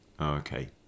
okay